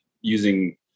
using